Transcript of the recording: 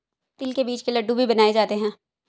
तिल के बीज के लड्डू भी बनाए जाते हैं